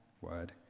word